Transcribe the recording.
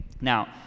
Now